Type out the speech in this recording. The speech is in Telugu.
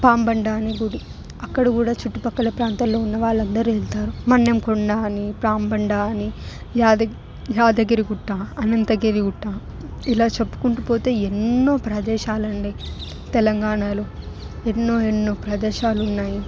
పాంబండ అనే గుడి అక్కడ కూడా చుట్టుపక్కల ప్రాంతాల్లో ఉన్న వాళ్ళందరూ వెళ్తారు మన్యం కొండ అని ప్రాంబండ అని యాదగిరి గుట్ట అనంతగిరి గుట్ట ఇలా చెప్పుకుంటూ పోతే ఎన్నో ప్రదేశాలండి తెలంగాణలో ఎన్నో ఎన్నో ప్రదేశాలు ఉన్నాయి